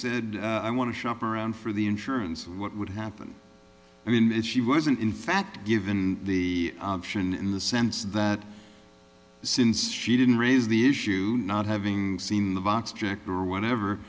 said i want to shop around for the insurance and what would happen even if she wasn't in fact given the option in the sense that since she didn't raise the issue not having seen the box object or whatever